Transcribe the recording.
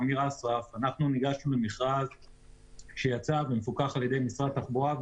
אנחנו ניגשנו למכרז שיצא ומפוקח על ידי משרד התחבורה,